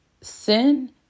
sin